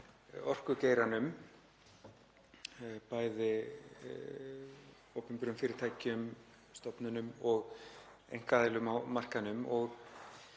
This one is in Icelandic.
orkugeiranum, bæði opinberum fyrirtækjum, stofnunum og einkaaðilum á markaðnum,